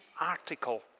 article